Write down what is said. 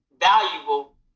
valuable